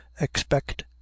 expect